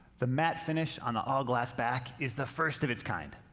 the matte finish on the all-glass back is the first of its kind.